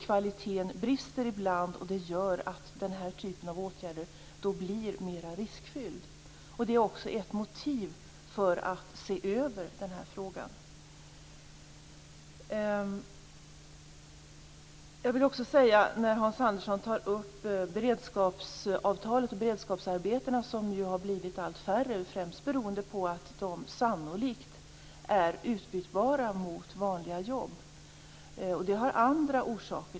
Kvaliteten brister ibland, och det gör att den här typen av åtgärder då blir mera riskfyllda. Det är också ett motiv för att se över den här frågan. Hans Andersson tar upp beredskapsavtalet och beredskapsarbetena. De har ju blivit allt färre, främst beroende på att de sannolikt är utbytbara mot vanliga jobb. Men det har andra orsaker.